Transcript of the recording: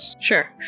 Sure